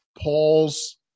Paul's